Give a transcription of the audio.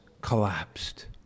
collapsed